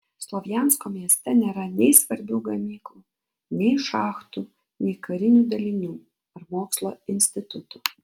slovjansko mieste nėra nei svarbių gamyklų nei šachtų nei karinių dalinių ar mokslo institutų